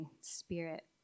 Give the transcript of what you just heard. spirit